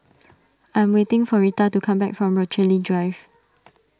I am waiting for Rita to come back from Rochalie Drive